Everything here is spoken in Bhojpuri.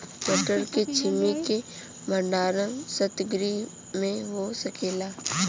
मटर के छेमी के भंडारन सितगृह में हो सकेला?